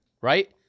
right